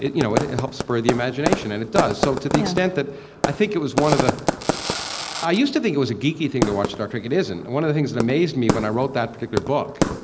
you know, it it helped spur the imagination and it does so to the extent that i think it was one of the i used to think it was a geeky thing to watch star trek. it isn't. one of the things that amazed me when i wrote that particular book,